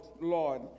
Lord